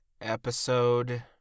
Episode